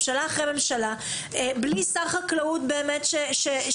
ממשלה אחרי ממשלה בלי שר חקלאות שתפקד.